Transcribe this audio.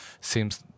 Seems